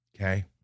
Okay